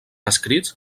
escrits